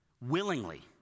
willingly